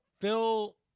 Phil